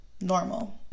normal